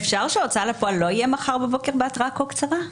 אפשר שהוצאה לפועל לא יהיה מחר בבוקר בהתראה כה קצרה?